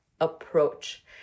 approach